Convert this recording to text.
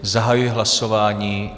Zahajuji hlasování.